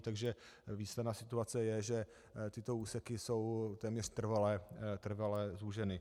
Takže výsledná situace je, že tyto úseky jsou téměř trvale zúženy.